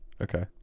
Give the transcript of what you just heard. okay